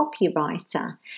copywriter